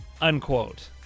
unquote